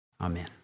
Amen